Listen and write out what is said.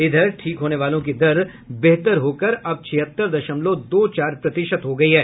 इधर ठीक होने वालों की दर बेहतर होकर अब छिहत्तर दशमलव दो चार प्रतिशत हो गई है